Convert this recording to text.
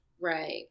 right